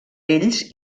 ells